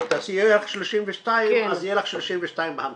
אם יהיה לך 32 אז יהיו לך 32 בהמתנה.